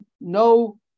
no